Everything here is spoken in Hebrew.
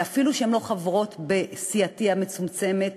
ואפילו שהן לא חברות בסיעתי המצומצמת,